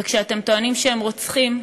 וכשאתם טוענים שהם רוצחים,